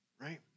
right